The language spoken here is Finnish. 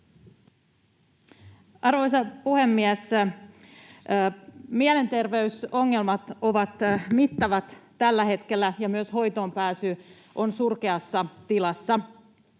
Arvoisa puhemies! Mielenterveysongelmat ovat mittavat tällä hetkellä, ja myös hoitoonpääsy on surkeassa tilassa.